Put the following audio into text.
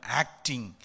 acting